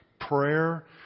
Prayer